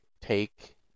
take